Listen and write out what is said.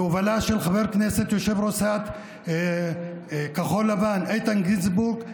בהובלה של חבר כנסת יושב-ראש סיעת כחול לבן איתן גינזבורג,